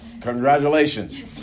Congratulations